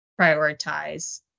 prioritize